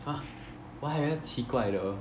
!huh! why 奇怪的